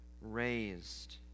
raised